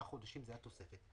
והשלושה חודשים, זאת התוספת.